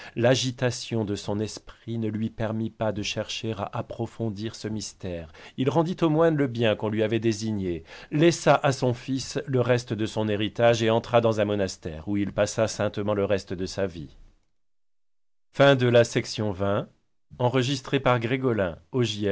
l'agitation de son esprit ne lui permit pas de chercher à approfondir ce mystère il rendit aux moines le bien qu'on lui avait désigné laissa à son fils le reste de son héritage et entra dans un monastère où il passa saintement le reste de sa vie